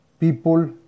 People